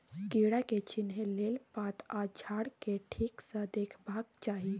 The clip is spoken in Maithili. कीड़ा के चिन्हे लेल पात आ झाड़ केँ ठीक सँ देखबाक चाहीं